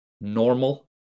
normal